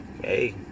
hey